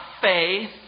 faith